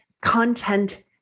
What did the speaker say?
content